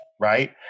right